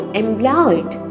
employed